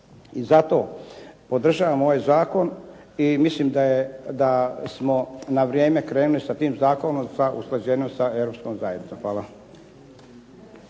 I zato podržavam ovaj zakon i mislim da smo na vrijeme krenuli sa tim zakonom sa usklađenjem sa Europskom zajednicom. Hvala.